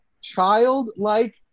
childlike